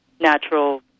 natural